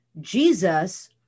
Jesus